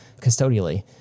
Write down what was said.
custodially